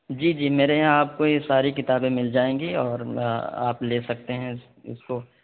جی جی میرے یہاں آپ کو یہ ساری کتابیں مل جائیں گی اور میں آپ لے سکتے ہیں اس کو